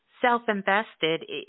self-invested